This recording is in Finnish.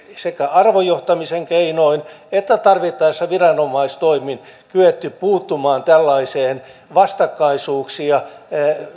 sekä arvojohtamisen keinoin että tarvittaessa viranomaistoimin kyetty puuttumaan tällaiseen vastakkaisuuksia